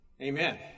Amen